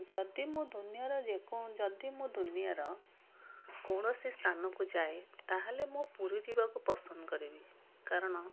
ଯଦି ମୁଁ ଦୁନିଆର ଯଦି ମୁଁ ଦୁନିଆର କୌଣସି ସ୍ଥାନକୁ ଯାଏ ତାହେଲେ ମୁଁ ପୁରୀ ଯିବାକୁ ପସନ୍ଦ କରିବି କାରଣ